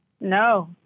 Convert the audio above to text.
No